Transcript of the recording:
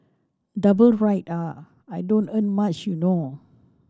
double ride ah I don't earn much you know